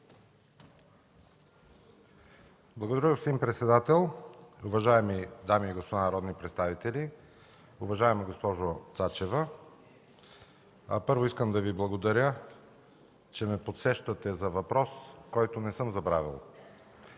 Благодаря, господин председател. Уважаеми дами и господа народни представители! Уважаема госпожо Цачева, първо искам да Ви благодаря, че ме подсещате за въпрос, който не съм забравил.